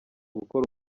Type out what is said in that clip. gukora